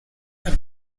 are